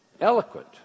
eloquent